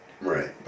Right